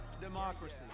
democracy